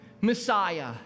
Messiah